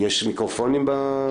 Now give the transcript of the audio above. יש מיקרופונים?